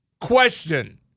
question